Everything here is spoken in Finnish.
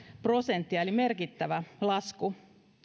prosenttia eli merkittävä lasku